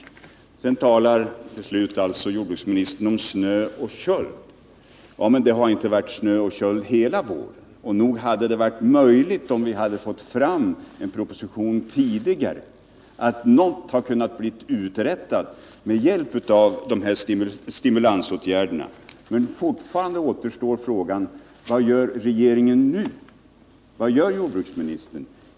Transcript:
Jordbruksministern talade om snö och köld. Men det har inte varit snö och köld hela våren. Om vi hade fått fram en proposition tidigare, så nog hade det varit möjligt att uträtta någonting med hjälp av de här stimulansåtgärderna. Frågan kvarstår: Vad gör regeringen och jordbruksministern nu?